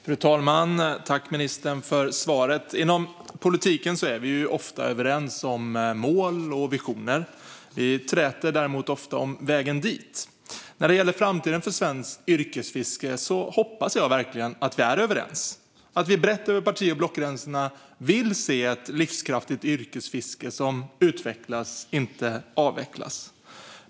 Fru talman! Tack, ministern, för svaret! Inom politiken är vi ofta överens om mål och visioner. Vi träter däremot ofta om vägen dit. När det gäller framtiden för svenskt yrkesfiske hoppas jag verkligen att vi är överens - att vi brett, över parti och blockgränserna, vill se ett livskraftigt yrkesfiske som utvecklas, inte avvecklas.